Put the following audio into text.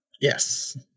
Yes